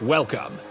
Welcome